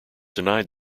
denied